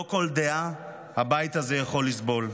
לא כל דעה הבית הזה יכול לסבול,